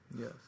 Yes